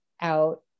out